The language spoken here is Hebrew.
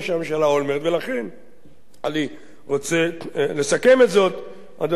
אני רוצה לסכם זאת, אדוני היושב-ראש.